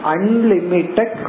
Unlimited